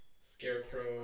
Scarecrow